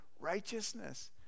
righteousness